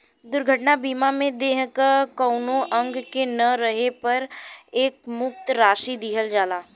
दुर्घटना बीमा में देह क कउनो अंग के न रहे पर एकमुश्त राशि दिहल जाला